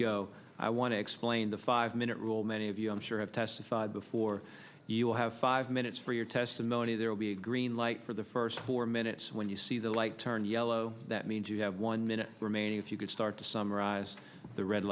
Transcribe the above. go i want to explain the five minute rule many i'm sure have testified before you will have five minutes for your testimony there will be a green light for the first four minutes when you see the light turned yellow that means you have one minute remaining if you could start to summarize the red